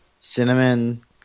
Cinnamon